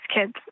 kids